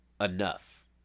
enough